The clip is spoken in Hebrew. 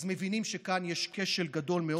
אז מבינים שכאן יש כשל גדול מאוד,